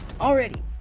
already